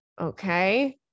Okay